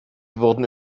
wurden